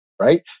right